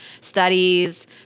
studies